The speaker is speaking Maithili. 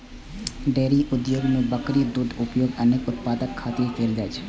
डेयरी उद्योग मे बकरी दूधक उपयोग अनेक उत्पाद खातिर कैल जाइ छै